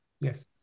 Yes